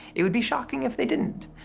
it would be shocking if they didnit.